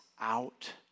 out